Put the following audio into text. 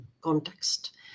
context